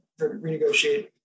renegotiate